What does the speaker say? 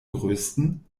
größten